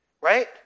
right